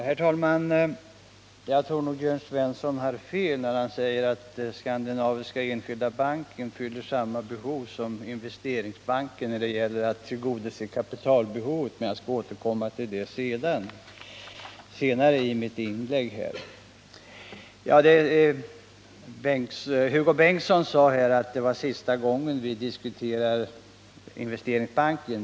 Hen talman! Jag tror att Jörn Svensson har fel när han säger att Skandinaviska Enskilda Banken fyller samma behov som Investeringsbanken när det gäller att tillgodose kapitalbehovet, men jag skall återkomma till det senare i mitt inlägg. Hugo Bengtsson sade att det här är sista gången vi diskuterar Investeringsbanken.